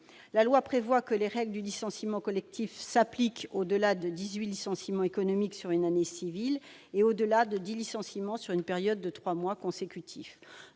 La loi prévoit que les règles du licenciement collectif s'appliquent au-delà de dix-huit licenciements économiques sur une année civile et au-delà de dix licenciements sur une période de trois mois consécutifs.